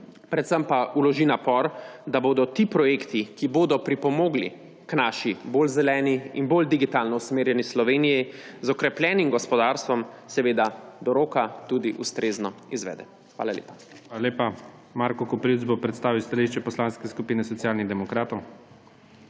predvsem pa vloži napor, da bodo ti projekti, ki bodo pripomogli k naši bolj zeleni in bolj digitalno usmerjeni Sloveniji z okrepljenim gospodarstvom, seveda do roka, tudi ustrezno izvede. Hvala lepa. PREDSEDNIK IGOR ZORČIČ: Hvala lepa. Marko Koprivc bo predstavil stališče Poslanske skupine SD.